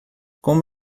como